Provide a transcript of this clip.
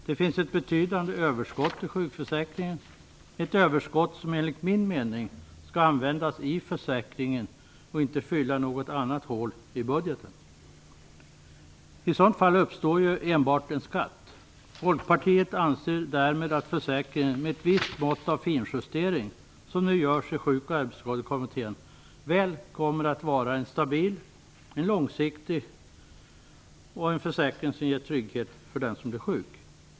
Det finns ett betydande överskott i sjukförsäkringen, ett överskott som enligt min mening skall användas i försäkringen och inte fylla något annat hål i budgeten. I sådant fall uppstår enbart en skatt. Folkpartiet anser därmed att försäkringen med ett visst mått av finjustering, som nu görs i Sjuk och arbetsskadekommittén, kommer att vara stabil och långsiktig och kommer att ge trygghet för den som blir sjuk.